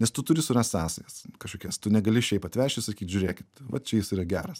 nes tu turi surast sąsajas kažkokias tu negali šiaip atvežt ir sakyt žiūrėkit vat čia jis yra geras